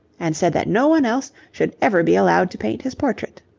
and said that no one else should ever be allowed to paint his portrait.